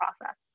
process